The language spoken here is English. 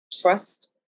trust